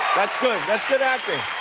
that's good that's good acting.